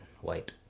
White